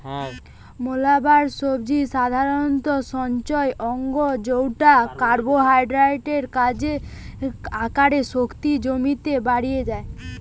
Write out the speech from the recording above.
মূলাকার সবজি সাধারণত সঞ্চয় অঙ্গ জউটা কার্বোহাইড্রেটের আকারে শক্তি জমিতে বাড়ি যায়